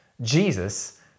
Jesus